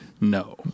No